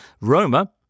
Roma